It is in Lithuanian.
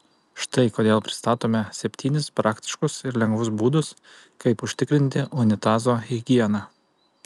štai kodėl pristatome septynis praktiškus ir lengvus būdus kaip užtikrinti unitazo higieną